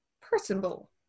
personable